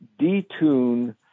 detune